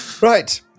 right